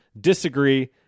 Disagree